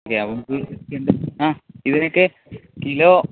okay അപ്പോൾ നമ്മൾക്ക് ആ ഇതിനൊക്കെ കിലോ